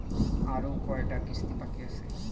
আরো কয়টা কিস্তি বাকি আছে?